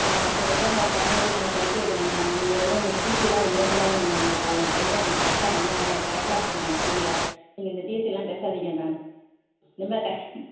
நாங்கள் கஷ்டப்பட்டு தான் மேம் பணம் கட்டி நாங்கள் படிக்க வைக்கிறோம் மேம் நீங்கள் எதுவும் இந்த டீசியெலாம் இது மாதிரி சொல்லாதீங்க மேம் என் பை என் பையனை கரெக்ட்டாக இனிமேல் கரெக்ட்டாக இருப்பான் மேம் ஸ்கூலில் நீங்கள் இந்த டீசியெலாம் பேசாதீங்க இனிமேல்